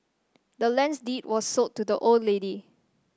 the land's deed was sold to the old lady